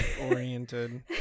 oriented